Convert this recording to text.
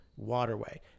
waterway